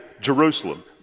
Jerusalem